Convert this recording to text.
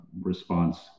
response